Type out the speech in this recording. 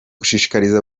gushishikariza